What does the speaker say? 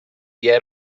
yet